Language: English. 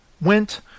went